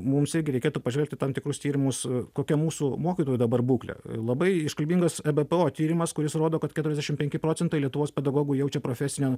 mums irgi reikėtų pažvelgt į tam tikrus tyrimus kokia mūsų mokytojų dabar būklė labai iškalbingas ebpo tyrimas kuris rodo kad keturiasdešim penki procentai lietuvos pedagogų jaučia profesinio